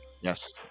Yes